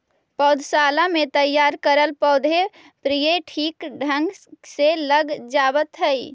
पौधशाला में तैयार करल पौधे प्रायः ठीक ढंग से लग जावत है